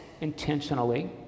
intentionally